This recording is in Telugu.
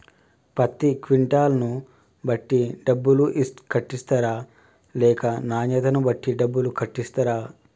పత్తి క్వింటాల్ ను బట్టి డబ్బులు కట్టిస్తరా లేక నాణ్యతను బట్టి డబ్బులు కట్టిస్తారా?